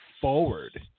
forward